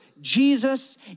Jesus